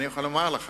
אני יכול לומר לך